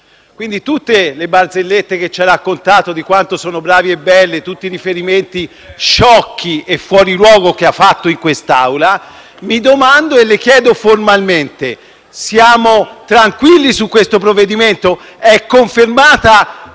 luce di tutte le barzellette che ci sono state raccontate su quanto sono bravi e belli e di tutti i riferimenti sciocchi e fuori luogo che sono stati fatti in quest'Aula, mi domando e le chiedo formalmente: siamo tranquilli su questo provvedimento? È confermata